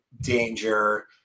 danger